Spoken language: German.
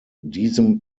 diesem